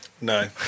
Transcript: No